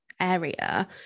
area